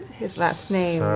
his last name?